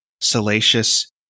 salacious